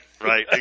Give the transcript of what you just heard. right